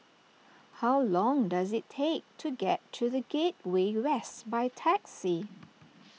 how long does it take to get to the Gateway West by taxi